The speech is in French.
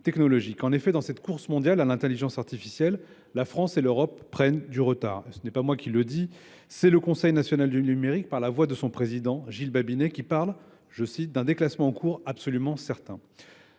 En effet, dans cette course mondiale à l'intelligence artificielle, la France et l'Europe prennent du retard. Ce n'est pas moi qui le dis, c'est le Conseil national numérique par la voix de son président, Gilles Babinet, qui parle, je cite, d'un déclassement en cours absolument certain.